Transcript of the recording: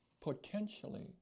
potentially